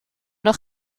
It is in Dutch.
nog